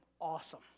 Awesome